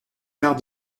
quart